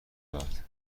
بعد